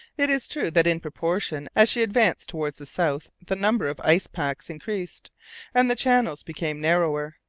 it is true that in proportion as she advanced towards the south the number of icepacks increased and the channels became narrower.